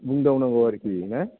बुंदावनांगौ आरिखि ना